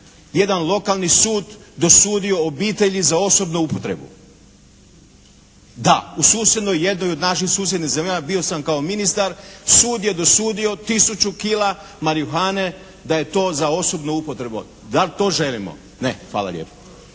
jedan lokalni sud dosudio obitelji za osobnu upotrebu. Da, u susjednoj, jednoj od naših susjednih zemalja bio sam kao ministar sud je dosudio 1000 kila marihuane da je to za osobnu upotrebu. Da li to želimo? Ne. Hvala lijepo.